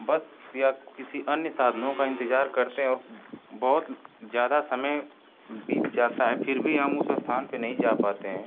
बस या किसी अन्य साधनों का इंतज़ार करते हैं और बहुत ज़्यादा समय बीत जाता है फ़िर भी हम उस स्थान पर नहीं जा पाते हैं